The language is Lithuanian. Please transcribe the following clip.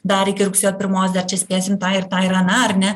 dar iki rugsėjo pirmos dar čia spėsim tą ir tą ir aną ar ne